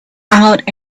out